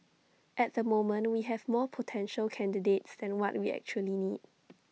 at the moment we have more potential candidates than what we actually need